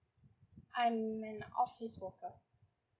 I'm an office worker